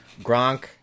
Gronk